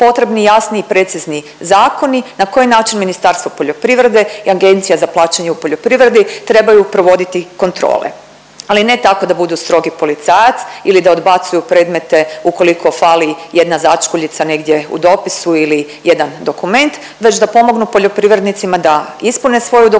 potrebni jasni i precizni zakoni na koji način Ministarstvo poljoprivrede i Agencija za plaćanje u poljoprivredi trebaju provoditi kontrole ali ne tako da budu strogi policajac ili da odbacuju predmete ukoliko fali jedna začkuljica negdje u dopisu ili jedan dokument već da pomognu poljoprivrednicima da ispune svoju dokumentaciju